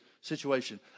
situation